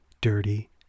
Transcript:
dirty